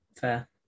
Fair